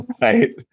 Right